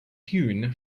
hewn